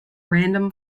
random